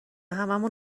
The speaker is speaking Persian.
هممون